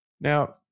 Now